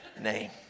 name